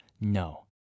no